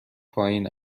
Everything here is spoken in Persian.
پایین